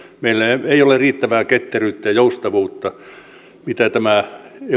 meillä ei ole riittävää ketteryyttä ja joustavuutta mitä tämä